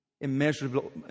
immeasurable